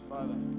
Father